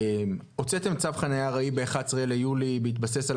הוצאתם צו חנייה ארעי ב-11 ביולי בהתבסס על